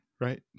right